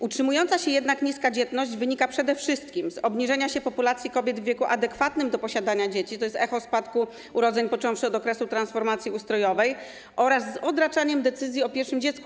Utrzymująca się jednak niska dzietność wynika przede wszystkim ze zmniejszenia się populacji kobiet w wieku adekwatnym do posiadania dzieci, to jest echo spadku urodzeń, począwszy od okresu transformacji ustrojowej, oraz z odraczania decyzji o urodzeniu pierwszego dziecku.